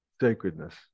sacredness